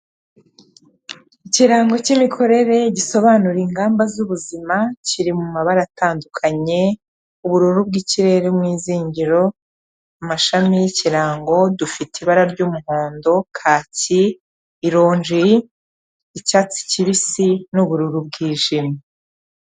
Ikirango cy'imikorere gisobanura ingamba zubuzima, kiri mu mabara atandukanye, ubururu bw'ikirere mu izingiro, amashami y'ikirango, dufite ibara ry'umuhondo, kaki, ironji, icyatsi kibisi, n'ubururu bwijimye.